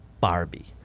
Barbie